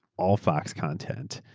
all fox content,